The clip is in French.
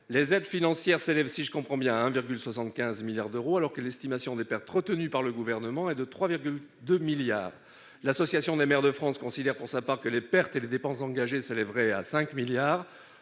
les aides financières s'élèvent, si je comprends bien, à 1,75 milliard d'euros, alors que l'estimation des pertes retenue par le Gouvernement est de 3,2 milliards d'euros. L'Association des maires de France considère, pour sa part, que les pertes et les dépenses engagées s'élèveraient à 5 milliards